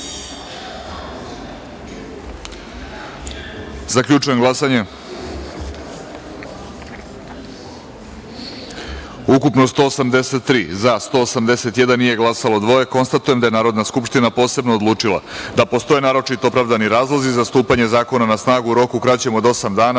glasanje: ukupno – 183, za – 181, nije glasalo – dvoje. Konstatujem da je Narodna skupština posebno odlučila da postoje naročito opravdani razlozi za stupanje zakona na snagu u roku kraćem od osam